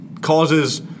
causes